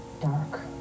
dark